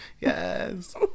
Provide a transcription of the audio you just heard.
Yes